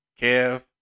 kev